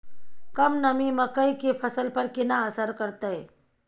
कम नमी मकई के फसल पर केना असर करतय?